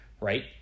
right